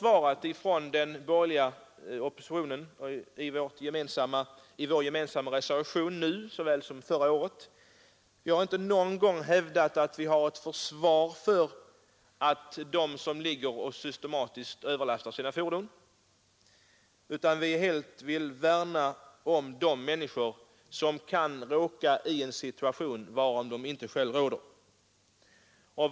Ingen från den borgerliga oppositionen — vi har en gemensam reservation nu lika väl som förra året — har någon gång velat försvara dem som systematiskt överlastar sina fordon. Vi vill bara värna om de människor som kan råka i en situation varöver de inte själva råder.